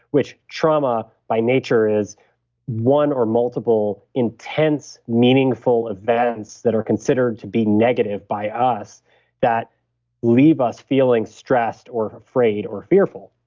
which trauma by nature is one or multiple intense, meaningful events that are considered to be negative by us that leave us feeling stressed or afraid or fearful.